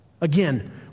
Again